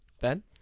Ben